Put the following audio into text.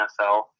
NFL